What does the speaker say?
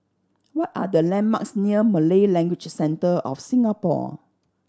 what are the landmarks near Malay Language Centre of Singapore